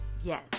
Yes